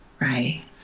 Right